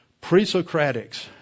Pre-Socratics